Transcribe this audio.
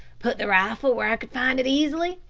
put the rifle where i could find it easily,